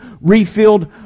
refilled